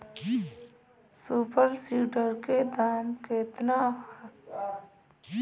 Super seeder के दाम केतना ह?